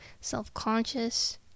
self-conscious